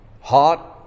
hot